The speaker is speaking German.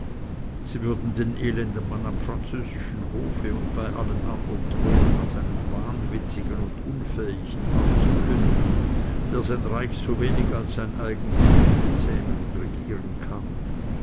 sie würden den elenden mann am französischen hofe und bei allen andern thronen als einen wahnwitzigen und unfähigen auskünden der sein reich sowenig als sein eigen gemüt bezähmen und regieren kann